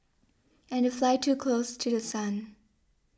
and they fly too close to The Sun